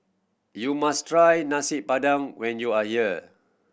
you must try Nasi Padang when you are here